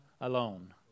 alone